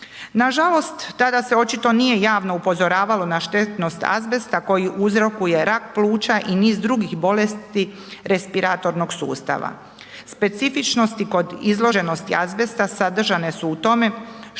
Nažalost, tada se očito nije javno upozoravalo na štetnost azbesta koji uzrokuje rak pluća i niz drugih bolesti respiratornog sustava. Specifičnosti kod izloženosti azbesta sadržane su u tome što